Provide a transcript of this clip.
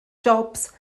jobs